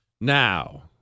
Now